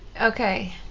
Okay